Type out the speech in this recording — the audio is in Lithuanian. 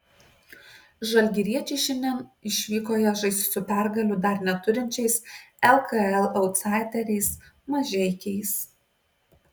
žalgiriečiai šiandien išvykoje žais su pergalių dar neturinčiais lkl autsaideriais mažeikiais